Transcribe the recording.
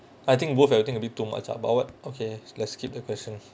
I think worth I'll think a bit too much ah but what okay let's skip the question